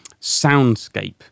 soundscape